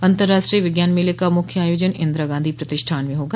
अतंर्राष्ट्रीय विज्ञान मेले का मुख्य आयोजन इंदिरा गांधी प्रतिष्ठान में होगा